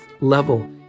level